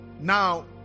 Now